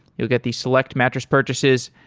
you'll get the select mattress purchases.